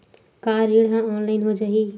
का ऋण ह ऑनलाइन हो जाही?